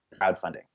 crowdfunding